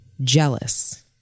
jealous